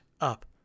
up